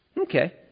Okay